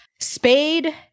Spade